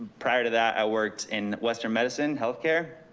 prior to that i worked in western medicine, healthcare,